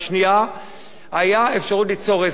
היתה אפשרות ליצור רזרבה וכרי ביטחון.